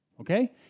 okay